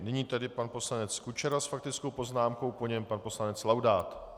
Nyní tedy pan poslanec Kučera s faktickou poznámkou, po něm pan poslanec Laudát.